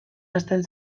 hazten